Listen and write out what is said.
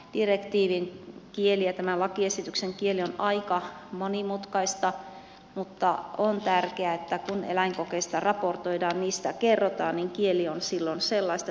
direktiivin kieli ja tämän lakiesityksen kieli on aika monimutkaista mutta on tärkeää että kun eläinkokeista raportoidaan niistä kerrotaan niin kieli on silloin sellaista että se on kaikkien ymmärrettävissä